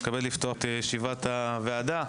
אני מתכבד לפתוח את ישיבת הוועדה.